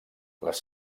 les